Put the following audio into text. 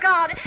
God